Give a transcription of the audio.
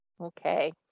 Okay